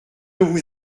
vous